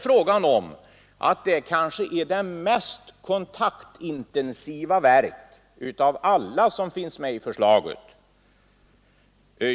Frågan är om det inte är det mest kontaktintensiva verket av dem som föreslås bli utflyttade.